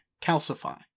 calcify